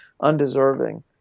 undeserving